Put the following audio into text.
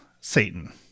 Satan